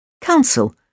Council